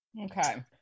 Okay